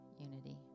unity